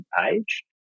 page